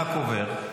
-- הגב' רקובר,